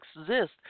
exist